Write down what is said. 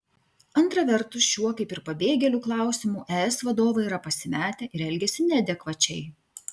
antra vertus šiuo kaip ir pabėgėlių klausimu es vadovai yra pasimetę ir elgiasi neadekvačiai